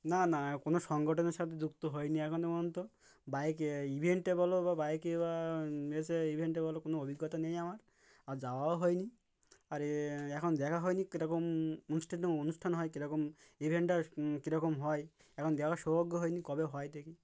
না না কোনো সংগঠনের সাথে যুক্ত হয়নি এখন পর্যন্ত বাইকে ইভেন্টে বলো বা বাইকে বা এসে ইভেন্টে বলো কোনো অভিজ্ঞতা নেই আমার আর যাওয়াও হয়নি আর এখন দেখা হয়নি কীরকম অনুষ্ঠানে অনুষ্ঠান হয় কীরকম ইভেন্টটা কীরকম হয় এখন দেখার সৌভাগ্য হয়নি কবে হয় দেখ কি